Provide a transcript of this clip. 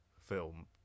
film